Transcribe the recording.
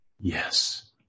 Yes